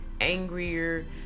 angrier